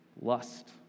lust